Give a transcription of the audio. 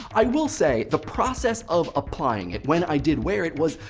i will say, the process of applying it, when i did wear it, was,